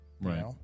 Right